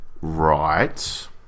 right